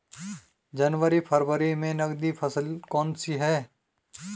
जनवरी फरवरी में नकदी फसल कौनसी है?